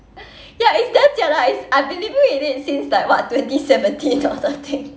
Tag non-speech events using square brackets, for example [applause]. ya it's damn jialat it's I've been living with it since like what twenty seventeen or thirteen [laughs]